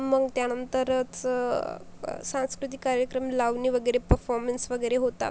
मग त्यानंतरच सांस्कृतिक कार्यक्रम लावणी वगैरे पफॉर्मन्स वगैरे होतात